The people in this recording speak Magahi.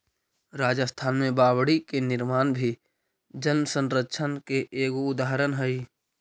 राजस्थान में बावडि के निर्माण भी जलसंरक्षण के एगो उदाहरण हई